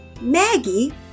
Maggie